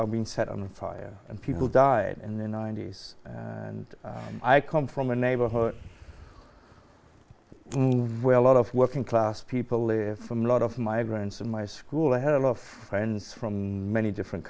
are being set on fire and people died in the ninety's and i come from a neighborhood where a lot of working class people live from lot of migrants in my school a hell of friends from many different